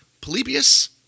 Polybius